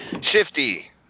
Shifty